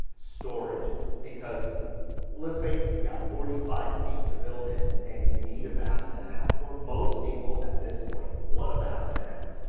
storage because let's face it, you got forty five feet to build in and you need a bath and a half, or most people at this point want a bath and a half.